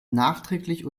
nachträglich